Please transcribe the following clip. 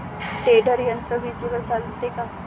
Tedder यंत्र विजेवर चालते का?